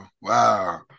Wow